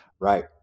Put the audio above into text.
Right